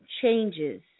changes